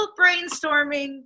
brainstorming